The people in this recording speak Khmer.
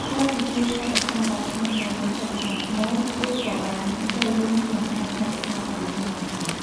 ក្រៅពីជួយថែរក្សាវប្បធម៏ហើយនោះសិប្បកម្មស្មូនរូបក៏បានចូលរួមក្នុងការថែរក្សាបរិស្ថានផងដែរ។